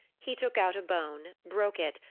he took out a bone, broke it,